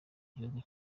gihugu